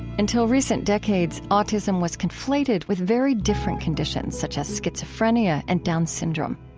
until recent decades, autism was conflated with very different conditions such as schizophrenia and down syndrome.